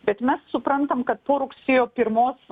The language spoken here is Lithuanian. bet mes suprantam kad po rugsėjo pirmos